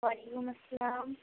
وعلیکم السلام